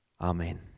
Amen